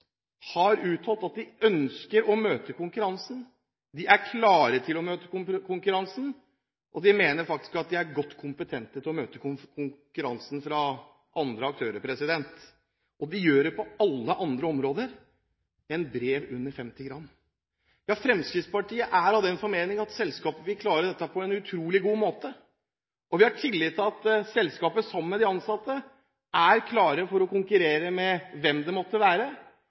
har uttalt at de ønsker å møte konkurransen, at de er klare til å møte konkurransen, og at de mener at de faktisk er kompetente til å møte konkurransen fra andre aktører. De gjør det på alle områder unntatt for brev under 50 gram. Fremskrittspartiet er av den formening at selskapet vil klare dette på en utrolig god måte. Vi har tillit til at selskapet, sammen med de ansatte, er klare for å konkurrere med hvem det måtte være,